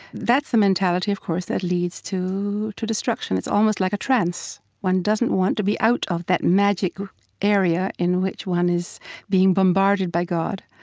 that's the mentality, of course, that leads to to destruction. it's almost like a trance. one doesn't want to be out of that magic area in which one is being bombarded by god.